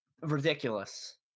ridiculous